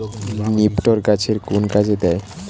নিপটর গাছের কোন কাজে দেয়?